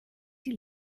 die